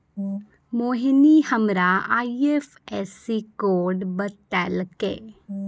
मोहिनी हमरा IFSC code बतैलकै